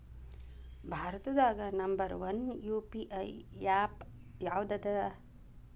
ಭಾರತದಾಗ number one UPI app ಯಾವದದ